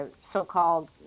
so-called